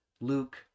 luke